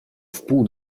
wpół